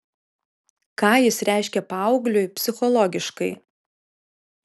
ką jis reiškia paaugliui psichologiškai